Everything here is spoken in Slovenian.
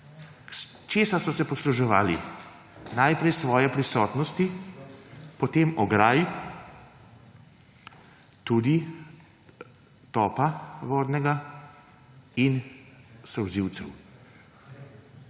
Česa so se posluževali? Najprej svoje prisotnosti, potem ograj, tudi vodnega topa in solzivcev.